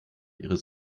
ihres